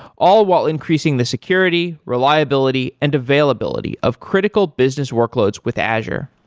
all while increasing the security, reliability and availability of critical business workloads with azure.